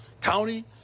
county